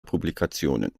publikationen